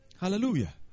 Hallelujah